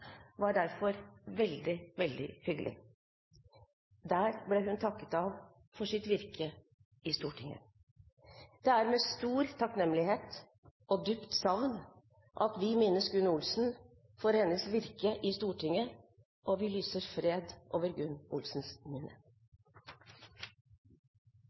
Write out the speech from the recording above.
var derfor veldig, veldig hyggelig. Der ble hun takket av for sitt virke i Stortinget. Det er med stor takknemlighet og dypt savn vi minnes Gunn Olsen for hennes virke i Stortinget. Vi lyser fred over Gunn Olsens minne.